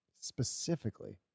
specifically